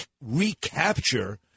recapture